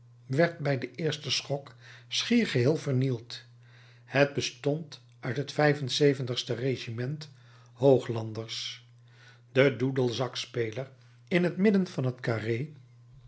werd bij den eersten schok schier geheel vernield het bestond uit het vijf en zeventigste regiment hooglanders de doedelzakspeler in t midden van het carré